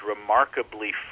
remarkably